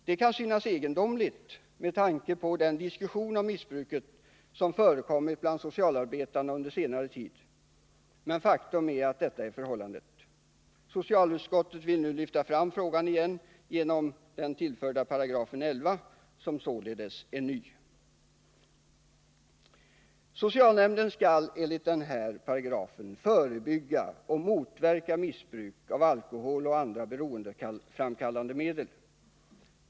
Det kan synas egendomligt med tanke på den diskussion om missbruket som förekommit bland socialarbetarna under senare tid, men faktum är att detta är förhållandet. Socialutskottet vill nu lyfta fram frågan igen genom den tillförda 11 §, som således är ny. Socialnämnden skall enligt denna paragraf förebygga och motverka missbruk av alkohol och andra beroendeframkallande medel.